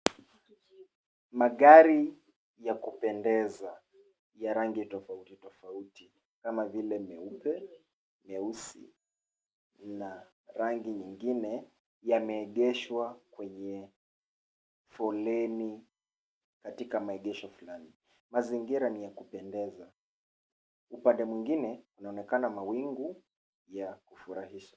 Magari ya kupendeza ya rangi tofauti tofauti kama vile meupe, meusi na rangi mengine yameegeshwa kwenye foleni katika maegesho fulani. Mazingira ni ya kupendeza. Upande mwingine unaonekana mawingu ya kupendeza.